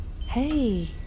Hey